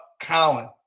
Colin